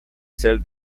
ser